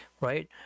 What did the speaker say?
right